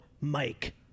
Mike